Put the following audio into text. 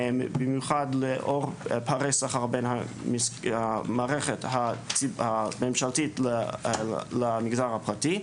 במיוחד לאור פערי שכר בין המערכת הממשלתית למגזר הפרטי,